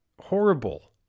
horrible